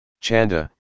Chanda